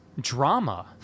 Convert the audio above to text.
drama